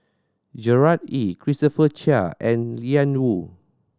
Gerard Ee Christopher Chia and Ian Woo